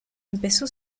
empezó